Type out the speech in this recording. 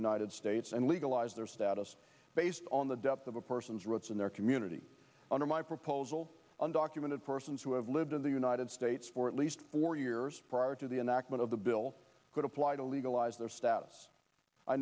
united states and legalize their status based on the depth of a person's rights in their community under my proposal undocumented persons who have lived in the united states for at least four years prior to the enactment of the bill could apply to legalize their status i